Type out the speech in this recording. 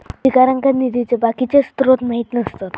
अधिकाऱ्यांका निधीचे बाकीचे स्त्रोत माहित नसतत